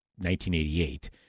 1988